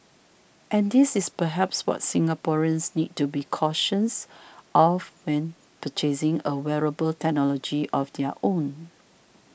and this is perhaps what Singaporeans need to be cautious of when purchasing a wearable technology of their own